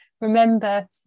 remember